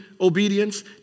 obedience